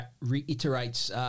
reiterates